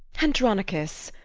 andronicus,